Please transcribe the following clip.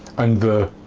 and the